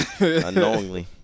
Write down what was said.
Unknowingly